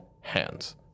hands